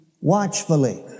watchfully